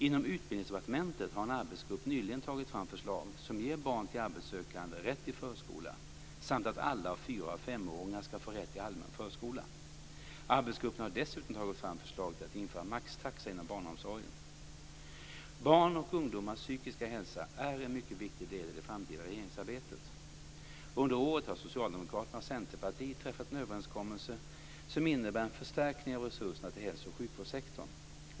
Inom Utbildningsdepartementet har en arbetsgrupp nyligen tagit fram förslag som ger barn till arbetssökande rätt till förskola samt att alla fyra och femåringar ska få rätt till allmän förskola. Arbetsgruppen har dessutom tagit fram förslag till att införa maxtaxa inom barnomsorgen. Barns och ungdomars psykiska hälsa är en mycket viktig del i det framtida regeringsarbetet. Under året har Socialdemokraterna och Centerpartiet träffat en överenskommelse som innebär en förstärkning av resurserna till hälso och sjukvårdssektorn.